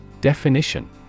Definition